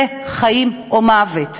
זה חיים או מוות.